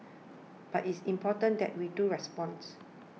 but it's important that we do responds